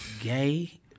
gay